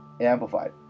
Amplified